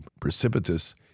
precipitous